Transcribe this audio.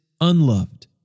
unloved